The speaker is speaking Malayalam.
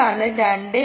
അതാണ് 2